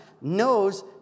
knows